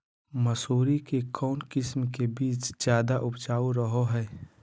मसूरी के कौन किस्म के बीच ज्यादा उपजाऊ रहो हय?